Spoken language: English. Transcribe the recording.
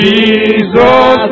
Jesus